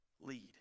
lead